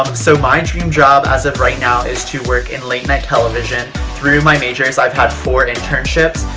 um so my dream job as of right now is to work in late night television. through my majors, i've had four internships,